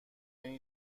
این